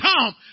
come